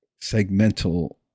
segmental